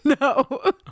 no